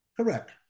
Correct